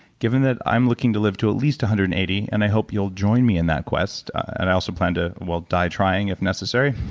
given that i'm looking to live to at least one hundred and eighty, and i hope you'll join me in that quest! and i also plan to, well, die trying if necessary,